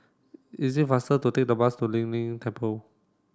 is it faster to take the bus to Lei Yin Temple